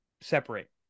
Separate